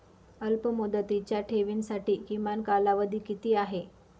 अल्पमुदतीच्या ठेवींसाठी किमान कालावधी किती आहे?